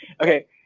okay